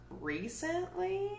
recently